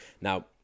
now